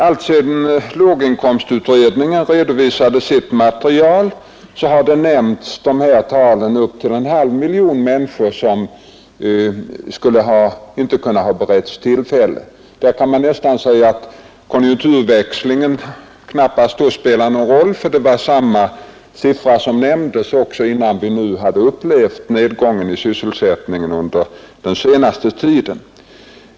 Alltsedan låginkomstutredningen redovisade sitt material har de här talen nämnts; det skulle vara upp till en halv miljon människor som inte hade kunnat beredas tillfälle till arbete. Då kan man nästan säga att konjunkturväxlingen knappast spelar någon roll, ty det var samma siffra som nämndes innan vi hade upplevt nedgången i sysselsättningen under den senaste tiden.